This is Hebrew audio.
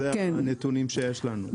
אלה הנתונים שיש לנו.